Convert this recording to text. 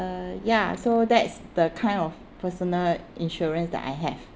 uh ya so that's the kind of personal insurance that I have